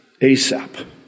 ASAP